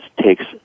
takes